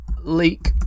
leak